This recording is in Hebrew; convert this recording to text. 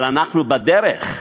אבל אנחנו בדרך,